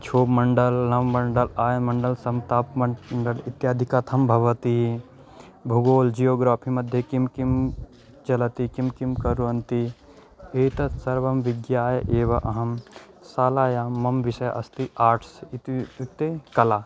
छो मण्डलं नव मण्डलं आय मण्डलं समताप मण्डलम् इत्यादि कथं भवति भूगोलः जीयोग्राफिमध्ये किं किं चलति किं किं कुर्वन्ति एतत् सर्वं विज्ञाय एव अहं शालायां मम विषये अस्ति आर्ट्स् इति उक्ते कला